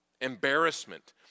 embarrassment